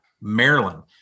Maryland